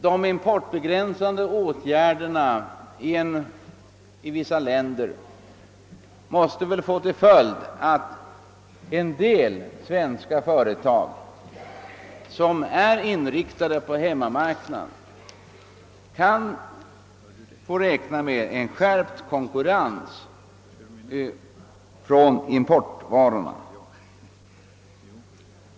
De importbegränsande åtgärderna i vissa länder måste väl föra med sig att en del svenska företag, som är inriktade på hemmamarknaden, får räkna med skärpt konkurrens från importerade varor.